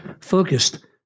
Focused